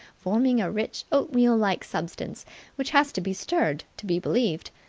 forming a rich, oatmeal-like substance which has to be stirred to be believed.